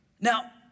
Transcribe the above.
Now